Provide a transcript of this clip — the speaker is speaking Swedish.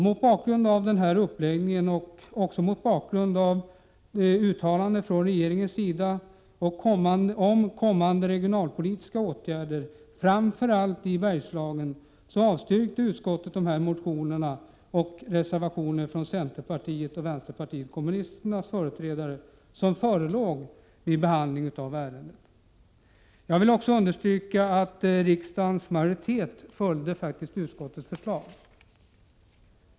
Mot bakgrund av denna uppläggning och också mot bakgrund av ett uttalande från regeringen om kommande regionalpolitiska åtgärder för framför allt Bergslagen, avstyrkte utskottet de motioner och reservationer från centerpartiets och vänsterpartiet kommunisternas företrädare som förelåg vid behandlingen av ärendet. Jag vill också understryka att riksdagens majoritet följde utskottets förslag.